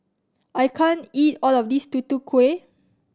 I can't eat all of this Tutu Kueh